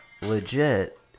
Legit